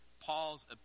Paul's